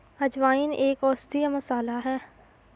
अजवाइन एक औषधीय मसाला है